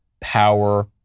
power